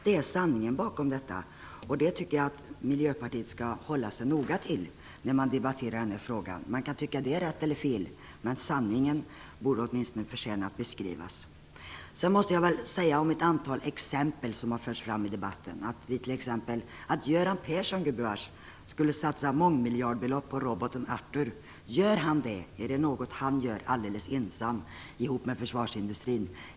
Det är sanningen bakom detta. Jag tycker att Miljöpartiet skall hålla sig noga till sanningen när man debatterar frågan. Man kan tycka att det är rätt eller fel, men sanningen borde åtminstone förtjäna att beskrivas. Det har förts fram ett antal exempel i debatten. Göran Persson skulle satsa mångmiljardbelopp på roboten ARTHUR. Gör han det är det något som han gör alldeles ensam ihop med försvarsindustrin.